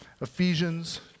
Ephesians